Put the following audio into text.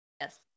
Yes